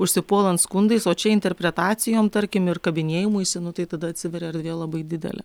užsipuolant skundais o čia interpretacijom tarkim ir kabinėjimuisi nu tai tada atsiveria erdvė labai didelė